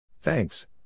Thanks